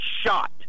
shot